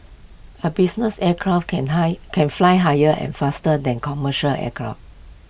A business aircraft can high can fly higher and faster than commercial aircraft